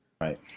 Right